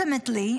Ultimately,